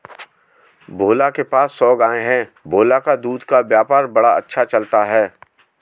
भोला के पास सौ गाय है भोला का दूध का व्यापार बड़ा अच्छा चलता है